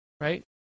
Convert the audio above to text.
right